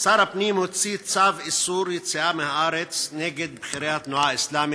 שר הפנים הוציא צו איסור יציאה מהארץ נגד בכירי התנועה האסלאמית,